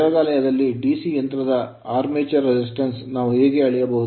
ಪ್ರಯೋಗಾಲಯದಲ್ಲಿ DC ಯಂತ್ರದ armature armature resistance ಪ್ರತಿರೋಧವನ್ನು ನಾವು ಹೇಗೆ ಅಳೆಯಬಹುದು